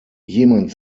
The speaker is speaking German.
jemand